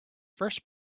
first